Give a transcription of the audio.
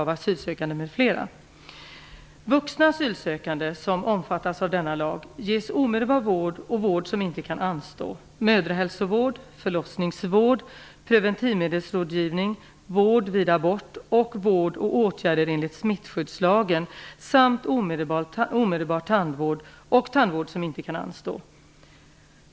Vuxna asylsökande som omfattas av denna lag ges omedelbar vård och vård som inte kan anstå, mödrahälsovård, förlossningsvård, preventivmedelsrådgivning, vård vid abort och vård och åtgärder enligt smittskyddslagen samt omedelbar tandvård och tandvård som inte kan anstå.